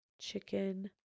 Chicken